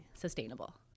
sustainable